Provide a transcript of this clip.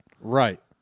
Right